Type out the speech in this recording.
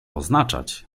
oznaczać